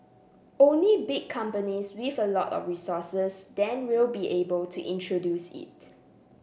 only big companies with a lot of resources then will be able to introduce it